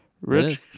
Rich